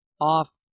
off